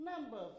Number